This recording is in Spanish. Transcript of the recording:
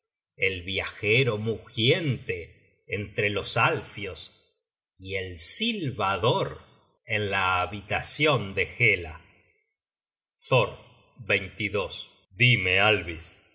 el viajero mugiente entre los alfios y el silbador en la habitacion de hela thor dime alvis